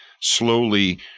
slowly